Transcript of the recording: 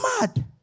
mad